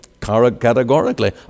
categorically